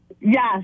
Yes